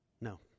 No